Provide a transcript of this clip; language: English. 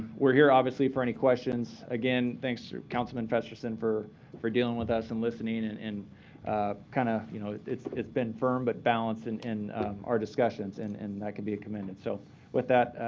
we're here, obviously, for any questions. again, thanks councilman festersen for for dealing with us and listening and kind of you know it's it's been firm but balanced and in our discussions and and that can be commended. so with that,